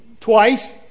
Twice